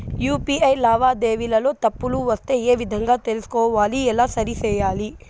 UPI లావాదేవీలలో తప్పులు వస్తే ఏ విధంగా తెలుసుకోవాలి? ఎలా సరిసేయాలి?